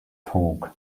torque